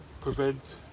prevent